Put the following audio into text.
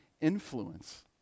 influence